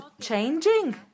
changing